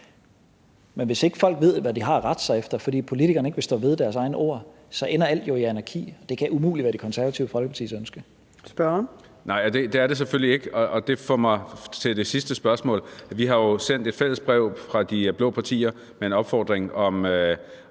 Men hvis ikke folk ved, hvad de har at rette sig efter, fordi politikerne ikke vil stå ved deres egne ord, så ender alt jo i anarki, og det kan umuligt være Det Konservative Folkepartis ønske. Kl. 15:51 Fjerde næstformand (Trine Torp): Spørgeren. Kl. 15:51 Marcus Knuth (KF): Nej, det er det selvfølgelig ikke, og det får mig over til det sidste spørgsmål. Vi har jo sendt et fælles brev fra de blå partier med en opfordring om